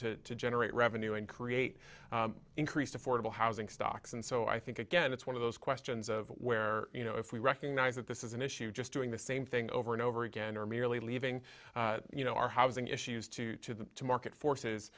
generate revenue and create increased affordable housing stocks and so i think again it's one of those questions of where you know if we recognize that this is an issue just doing the same thing over and over again or merely leaving you know our housing issues to the market forces